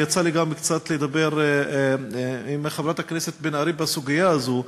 יצא לי גם קצת לדבר עם חברת הכנסת בן ארי בסוגיה הזאת,